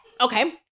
Okay